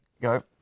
Go